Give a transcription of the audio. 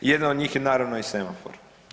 Jedan od njih je naravno i semafor.